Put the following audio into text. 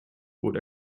bot